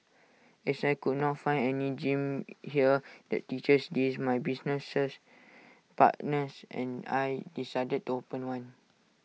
as I could not find any gym here that teaches this my businesses partners and I decided to open one